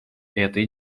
этой